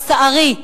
לצערי,